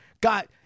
got